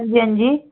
हंजी हंजी